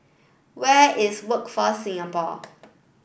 where is Workforce Singapore